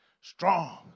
Strong